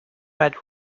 had